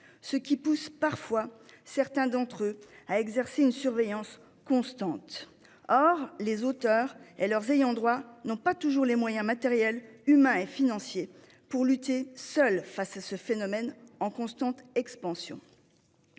Cela pousse parfois certains d'entre eux à exercer une surveillance constante. Or les auteurs et leurs ayants droit n'ont pas toujours les moyens matériels, humains et financiers pour lutter seuls face à ce phénomène en constante expansion.